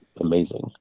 amazing